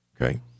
okay